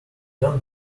don’t